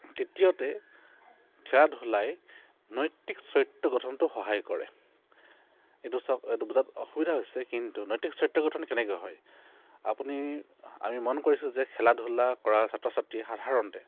দ্বিতীয়তে খেলা ধূলাই নৈতিক চৰিত্ৰ গঠনটো সহায় কৰে এইটো চাওক এইটো বুজাত অসুবিধা হৈছে কিন্তু নৈতিক চৰিত্ৰ গঠন কেনেকৈ হয় আপুনি আমি মন কৰিছোঁ যে খেলা ধূলা কৰাৰ ছাত্ৰ ছাত্ৰী সাধাৰণতে